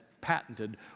patented